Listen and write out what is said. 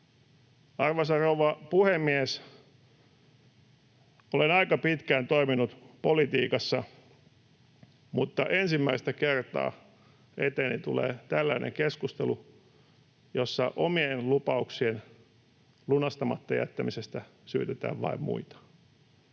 Arvoisa rouva puhemies! Olen aika pitkään toiminut politiikassa, mutta ensimmäistä kertaa eteeni tulee tällainen keskustelu, jossa omien lupauksien lunastamatta jättämisestä syytetään vain muita.